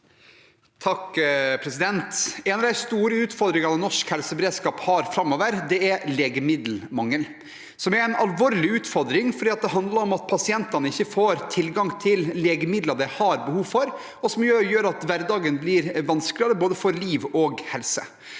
(H) En av de store utfordringene norsk helseberedskap har framover, er legemiddelmangel. Det er en alvorlig utfordring fordi det handler om at pasientene ikke får tilgang til legemidler de har behov for, og det gjør at hverdagen blir vanskeligere med hensyn til både liv og helse.